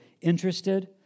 interested